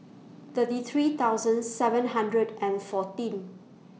thirty three thousand seven hundred and fourteen